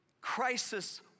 Crisis